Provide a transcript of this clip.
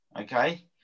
Okay